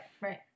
right